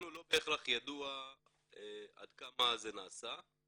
לנו לא בהכרח ידוע עד כמה זה נעשה.